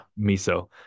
miso